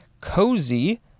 Cozy